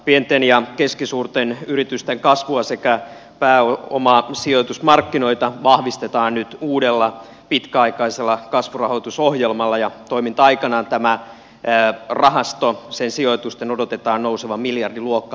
pienten ja keskisuurten yritysten kasvua sekä pääomaa sijoitusmarkkinoita vahvistetaan nyt uudella pitkäaikaisella kasvurahoitusohjelmalla ja toiminta aikanaan tämän rahaston sijoitusten odotetaan nousevan miljardiluokkaan